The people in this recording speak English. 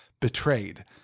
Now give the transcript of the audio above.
betrayed